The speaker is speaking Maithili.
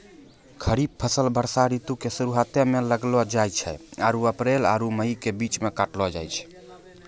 खरीफ फसल वर्षा ऋतु के शुरुआते मे लगैलो जाय छै आरु अप्रैल आरु मई के बीच मे काटलो जाय छै